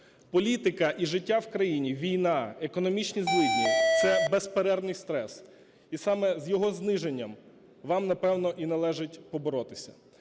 Політика і життя в країні, війна, економічні злидні – це безперервний стрес. І саме з його зниженням вам, напевно, належить поборотися.